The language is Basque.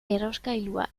errauskailua